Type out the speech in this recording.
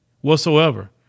whatsoever